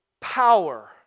power